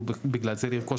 להגיד